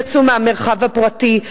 נשים יצאו מהמרחב הפרטי,